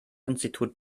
institut